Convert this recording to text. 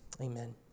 Amen